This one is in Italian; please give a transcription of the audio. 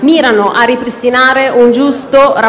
mirano a ripristinare un giusto rapporto